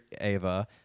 Ava